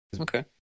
Okay